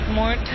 more